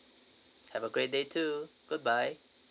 have a great day too goodbye